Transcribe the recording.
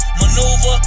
maneuver